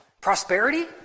Prosperity